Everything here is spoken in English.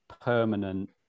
permanent